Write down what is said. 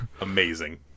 Amazing